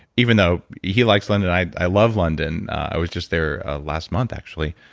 even though he likes london. i i love london. i was just there last month actually.